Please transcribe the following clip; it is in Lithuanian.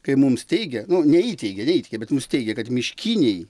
kai mums teigė neįteigė neįteigė bet mums teigė kad miškiniai